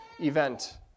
event